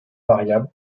variable